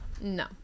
No